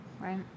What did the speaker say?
right